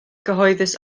cyhoeddus